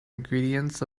ingredients